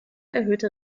erhöhte